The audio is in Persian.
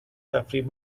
تفریح